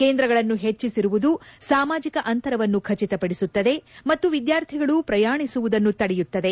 ಕೇಂದ್ರಗಳನ್ನು ಪೆಚ್ಚಿಸಿರುವುದು ಸಾಮಾಜಿಕ ಅಂತರವನ್ನು ಖಚಿತಪಡಿಸುತ್ತದೆ ಮತ್ತು ವಿದ್ಯಾರ್ಥಿಗಳು ಪ್ರಯಾಣಿಸುವುದನ್ನು ತಡೆಯುತ್ತದೆ